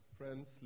friends